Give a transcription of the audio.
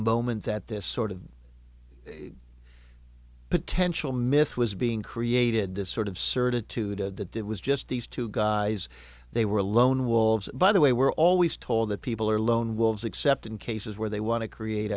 moment that this sort of potential myth was being created this sort of certitude that it was just these two guys they were lone wolves by the way we're always told that people are lone wolves except in cases where they want to create